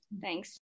thanks